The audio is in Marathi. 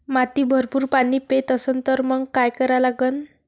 माती भरपूर पाणी पेत असन तर मंग काय करा लागन?